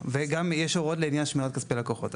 יש הוראות לעניין שמירת כספי לקוחות.